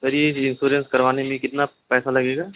سر یہ انشورنس کروانے میں کتنا پیسہ لگے گا